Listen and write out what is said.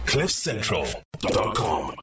Cliffcentral.com